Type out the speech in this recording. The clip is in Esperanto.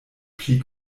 pli